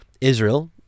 Israel